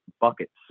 buckets